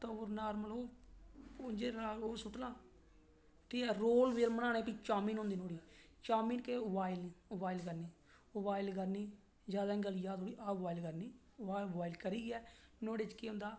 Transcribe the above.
ते ओह् नार्मल ओह् सुट्टना रोल ओह् बनाने ते फ्ही चामिन होंदी ओहदे च चामिन केह् बु आइल करनी उबाइल करनी उबाइल करनी ज्यादा नेई गली जाए थोहडी हाफ उबाइल करनी उबाइल करियै नुआढ़े च केह् होंदा